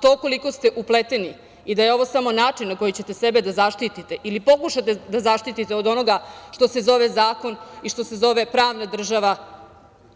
To koliko ste upleteni i da je ovo samo način na koji ćete sebe da zaštite ili pokušate da zaštitite od onoga što se zove zakon i što se zove pravna država,